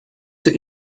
zur